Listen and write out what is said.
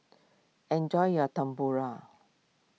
enjoy your Tempura